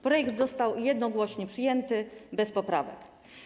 Projekt został jednogłośnie przyjęty bez poprawek.